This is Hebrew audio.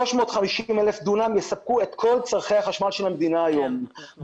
350,000 דונם יספקו את כל צורכי החשמל של המדינה היום.